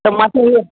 त मां त हीअ